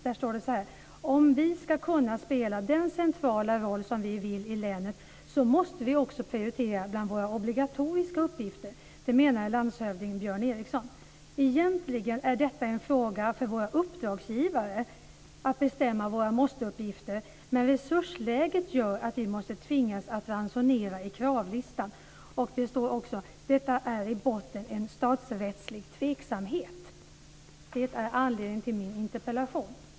Där står: "Om vi ska kunna spela den centrala roll vi vill i länet måste vi prioritera också bland våra obligatoriska arbetsuppgifter, menar landshövding Björn Eriksson. Egentligen är detta en fråga för våra uppdragsgivare att bestämma våra 'måsteuppgifter', men resursläget gör att vi själva tvingas ransonera i kravlistan. Det är i botten statsrättsligt tveksamt." Det är anledningen till min interpellation.